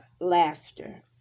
laughter